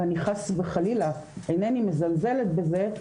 ואני חס וחלילה אינני מזלזלת בזה,